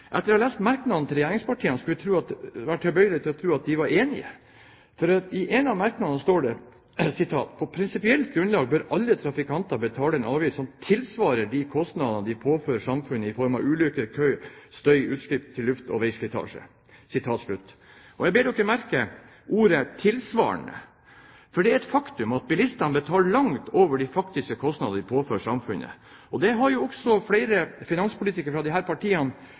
Etter å ha lest merknadene til regjeringspartiene kunne en være tilbøyelig til å tro at de var enige, for i en av merknadene står det: «På prinsipielt grunnlag bør alle trafikanter betale avgift som tilsvarer de kostnadene de påfører samfunnet i form av ulykker, kø, støy, utslipp til luft og veislitasje.» Jeg ber en merke seg ordet «tilsvarer», for det er et faktum at bilistene betaler langt over de faktiske kostnadene de påfører samfunnet. Det har jo også flere finanspolitikere fra disse partiene opp gjennom årene bekreftet når de